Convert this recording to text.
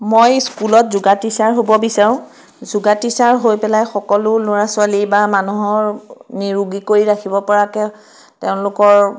মই স্কুলত যোগা টিচাৰ হ'ব বিচাৰোঁ যোগা টিচাৰ হৈ পেলাই সকলো ল'ৰা ছোৱালী বা মানুহৰ নিৰোগী কৰি ৰাখিব পৰাকৈ তেওঁলোকৰ